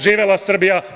Živela Srbija.